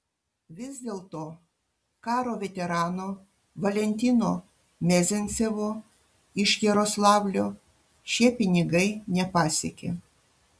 vis dėlto karo veterano valentino mezencevo iš jaroslavlio šie pinigai nepasiekė